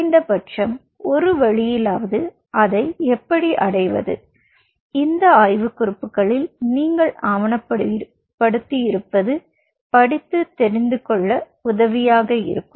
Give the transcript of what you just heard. குறைந்தபட்சம் ஒரு வழியிலாவது அதை எப்படி அடைவது இந்த ஆய்வுக்குறிப்புகளில் நீங்கள் ஆவணப்படுத்தியிருப்பது படித்து தெரிந்து கொள்ள உதவியாக இருக்கும்